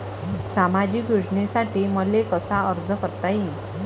सामाजिक योजनेसाठी मले कसा अर्ज करता येईन?